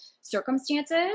circumstances